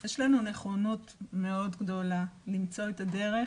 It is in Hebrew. יש לנו נכונות מאוד גדולה למצוא את הדרך